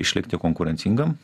išlikti konkurencingam